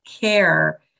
care